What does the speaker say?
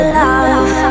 love